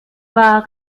war